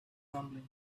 rumbling